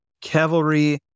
cavalry